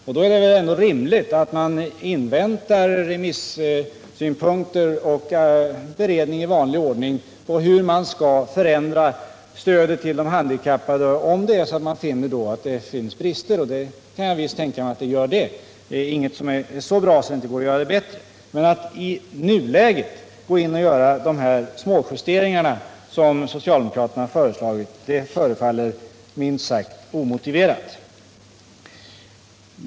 Det är väl då ändå rimligt att man inväntar remissynpunkter och beredning i vanlig ordning av det innan man framlägger förslag till hur man skall förändra stödet till de handikappade, om man finner att det finns brister, och det kan jag visst tänka mig att det gör. Inget är så bra att det inte går att göra det bättre. Men att i nuläget gå in och göra de små justeringar som socialdemokraterna föreslagit förefaller minst sagt omotiverat.